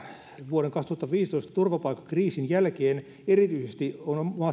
vuoden kaksituhattaviisitoista turvapaikkakriisin jälkeen erityisesti on maassamme